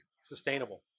sustainable